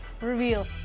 Reveal